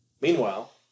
Meanwhile